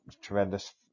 tremendous